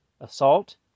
Assault